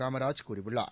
காமராஜ் கூறியுள்ளார்